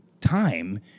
time